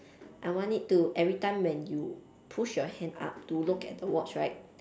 I want it to every time when you push your hand up to look at the watch right